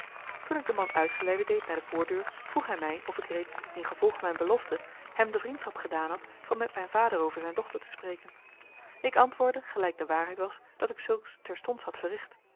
toen ik den man uitgeleide deed naar de voordeur vroeg hij mij of ik reeds ingevolge mijn belofte hem de vriendschap gedaan had van met mijn vader over zijn dochter te spreken ik antwoordde gelijk de waarheid was dat ik zulks terstond had verricht